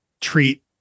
treat